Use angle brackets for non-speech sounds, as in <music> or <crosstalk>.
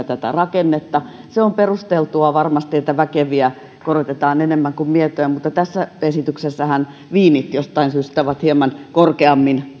<unintelligible> tätä rakennetta se on varmasti perusteltua että väkeviä korotetaan enemmän kuin mietoja mutta esityksessähän viinit jostain syystä ovat hieman korkeammin